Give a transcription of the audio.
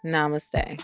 Namaste